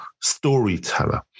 storyteller